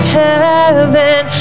heaven